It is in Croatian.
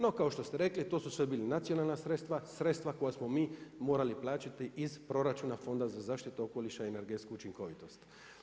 No, kao što ste rekli to su sve bila nacionalna sredstva, sredstva koja smo mi morali plaćati iz proračuna Fonda za zaštitu okoliša i energetsku učinkovitost.